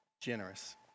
generous